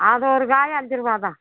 அது ஒரு காய் அஞ்சு ரூபாதான்